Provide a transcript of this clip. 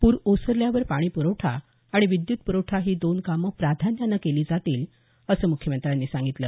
पूर ओसरल्यावर पाणी पुरवठा आणि विद्युत पुरवठा ही दोन कामं प्राधान्यानं केली जातील असं मुख्यमंत्र्यांनी सांगितलं